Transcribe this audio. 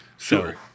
Sure